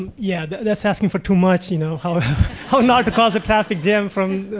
yeah that's asking for too much, you know ah not the cause of traffic jam from,